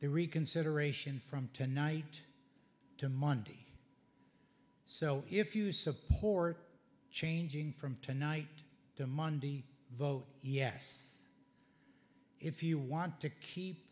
the reconsideration from tonight to monday so if you support changing from tonight to monday vote yes if you want to keep